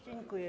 Dziękuję.